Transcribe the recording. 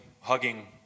hugging